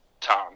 Tom